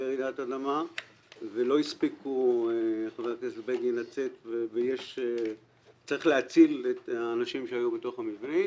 רעידת האדמה ולא הספיקו לצאת וצריך להציל את האנשים שהיו בתוך המבנים